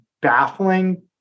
baffling